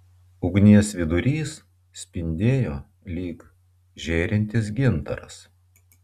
ugnies vidurys spindėjo lyg žėrintis gintaras